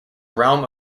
realm